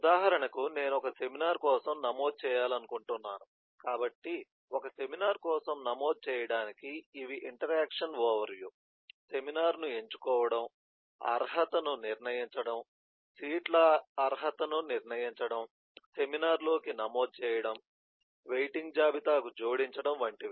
ఉదాహరణకు నేను ఒక సెమినార్ కోసం నమోదు చేయాలనుకుంటున్నాను కాబట్టి ఒక సెమినార్ కోసం నమోదు చేయడానికి ఇవి ఇంటరాక్షన్ ఓవర్ వ్యూ సెమినార్ను ఎంచుకోవడం అర్హతను నిర్ణయించడం సీట్ల అర్హతను నిర్ణయించడం సెమినార్లోకి నమోదు చేయడం వెయిటింగ్ జాబితాకు జోడించడం వంటివి